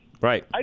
Right